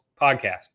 podcast